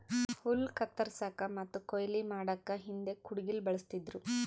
ಹುಲ್ಲ್ ಕತ್ತರಸಕ್ಕ್ ಮತ್ತ್ ಕೊಯ್ಲಿ ಮಾಡಕ್ಕ್ ಹಿಂದ್ ಕುಡ್ಗಿಲ್ ಬಳಸ್ತಿದ್ರು